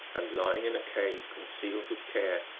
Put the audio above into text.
and lying in a cave, con cealed with care,